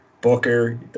Booker